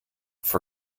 for